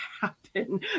happen